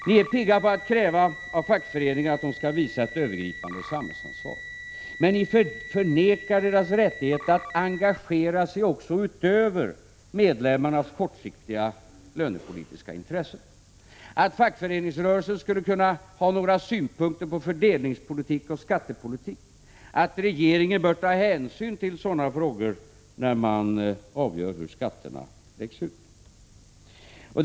Ni är pigga på att kräva av fackföreningarna att de skall visa ett övergripande samhällsansvar, men ni förnekar deras rätt att engagera sig också utöver medlemmarnas kortsiktiga lönepolitiska intressen — att fackföreningsrörelsen skulle kunna ha några synpunkter på fördelningspolitik och skattepolitik, att regeringen borde ta hänsyn till sådana frågor när man avgör hur skatterna läggs ut.